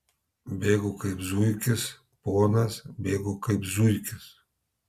bėgu kaip zuikis ponas bėgu kaip zuikis